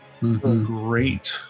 Great